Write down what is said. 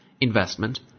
investment